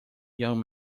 young